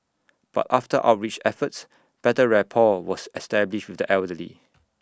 but after outreach efforts better rapport was established with the elderly